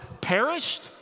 perished